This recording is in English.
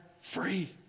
free